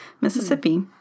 Mississippi